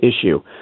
issue